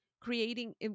creating